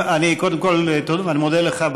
אני קודם כול מודה לך,